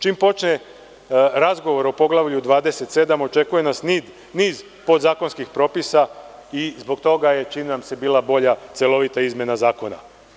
Čim počne razgovor o Poglavlju 27, očekuje nas niz podzakonskih propisa i zbog toga je, čini nam se, bila bolja celovita izmena zakona.